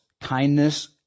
kindness